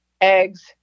eggs